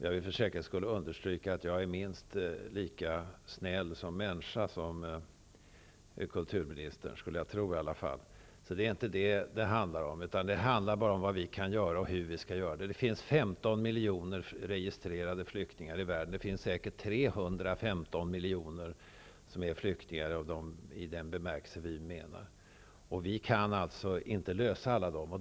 Jag vill för säkerhets skull understryka att jag är en minst lika snäll människa som kulturministern, skulle jag tro i alla fall. Det är inte detta det handlar om. Det handlar om vad vi kan göra och hur vi skall göra det. Det finns 15 miljoner registrerade flyktingar i världen. Det finns säkert 315 miljoner som är flyktingar i den bemärkelse vi menar. Vi kan inte lösa problemen för alla dem.